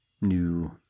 new